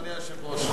אדוני היושב-ראש.